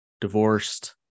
divorced